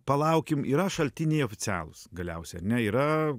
palaukim yra šaltiniai oficialūs galiausiai ar ne yra